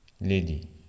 lady